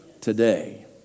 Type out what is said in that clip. today